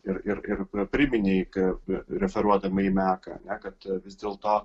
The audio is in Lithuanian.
ir ir ir priminei kad referuodama į meką ar ne kad vis dėl to